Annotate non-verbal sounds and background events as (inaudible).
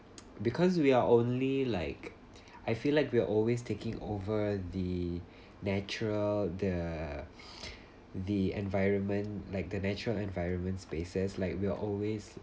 (noise) because we are only like I feel like we're always taking over the natural the (breath) the environment like the nature environment spaces like we're always